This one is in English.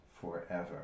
forever